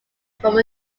from